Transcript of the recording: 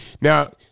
now